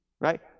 right